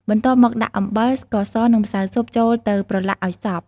បន្ទាប់មកដាក់អំបិល ស្ករស និងម្សៅស៊ុប ចូលទៅប្រឡាក់ឲ្យសព្វ។